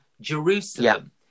Jerusalem